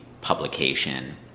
publication